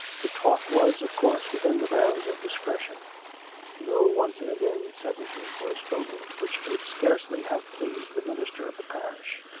the talk was, of course, within the bounds of discretion though once and again sentences were spoken which would scarcely have pleased the minister of the parish.